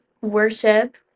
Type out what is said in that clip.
worship